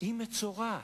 היא מצורעת.